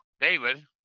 David